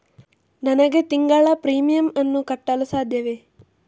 ನನಗೆ ತಿಂಗಳ ಪ್ರೀಮಿಯಮ್ ಅನ್ನು ಕಟ್ಟಲು ಸಾಧ್ಯವೇ?